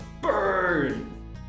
Burn